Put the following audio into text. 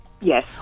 Yes